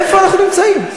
איפה אנחנו נמצאים?